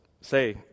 say